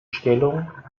stellung